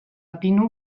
pinu